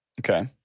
Okay